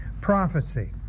prophecy